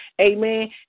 Amen